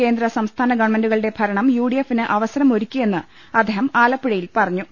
കേന്ദ്ര സംസ്ഥാന ഗവൺമെന്റുകളുടെ ഭരണം യു ഡി എഫിന് അവസരം ഒരുക്കിയെന്ന് അദ്ദേഹം ആലപ്പുഴയിൽ പറഞ്ഞു